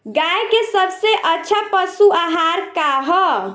गाय के सबसे अच्छा पशु आहार का ह?